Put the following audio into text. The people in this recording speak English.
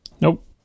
Nope